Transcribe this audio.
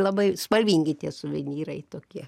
labai spalvingi tie suvenyrai tokie